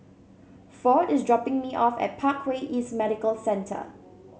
Ford is dropping me off at Parkway East Medical Centre